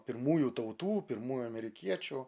pirmųjų tautų pirmųjų amerikiečių